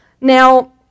now